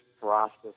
process